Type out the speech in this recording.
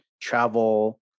travel